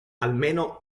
almeno